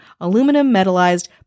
aluminum-metallized